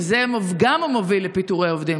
וזה גם מוביל לפיטורי עובדים.